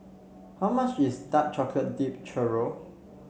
how much is Dark Chocolate Dip Churro